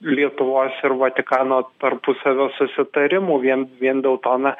lietuvos ir vatikano tarpusavio susitarimų vien vien dėl to na